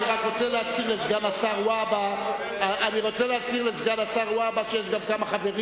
אני רוצה להזכיר לסגן השר והבה שיש גם כמה חברים